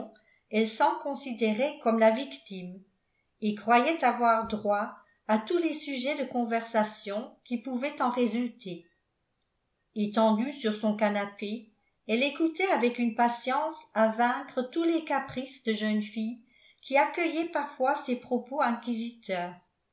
elle s'en considérait comme la victime et croyait avoir droit à tous les sujets de conversation qui pouvaient en résulter etendue sur son canapé elle écoutait avec une patience à vaincre tous les caprices de jeune fille qui accueillaient parfois ses propos inquisiteurs